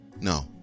no